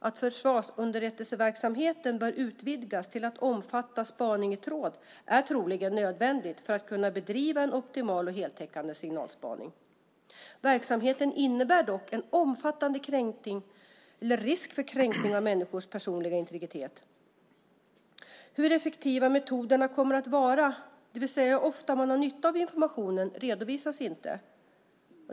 Att försvarsunderrättelseverksamheten bör utvidgas till att omfatta spaning i tråd är troligen nödvändigt för att kunna bedriva en optimal och heltäckande signalspaning. Verksamheten innebär dock en omfattande risk för kränkning av människors personliga integritet. Hur effektiva metoderna kommer att vara, det vill säga hur ofta man har nytta av informationen, redovisas inte.